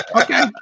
Okay